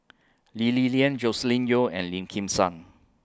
Lee Li Lian Joscelin Yeo and Lim Kim San